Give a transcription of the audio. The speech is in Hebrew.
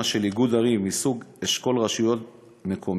של איגוד ערים מסוג אשכול רשויות מקומיות.